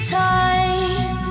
time